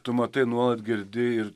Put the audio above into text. tu matai nuolat girdi ir